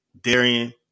Darian